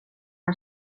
han